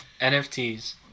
NFTs